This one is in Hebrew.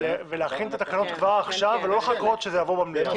ולהכין את התקנות כבר עכשיו ולא לחכות שזה יבוא במליאה.